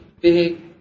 big